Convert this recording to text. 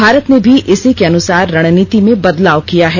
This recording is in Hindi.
भारत ने भी इसी के अनुसार रणनीति में बदलाव किया है